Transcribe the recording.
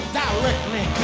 directly